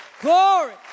Glory